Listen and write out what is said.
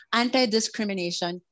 anti-discrimination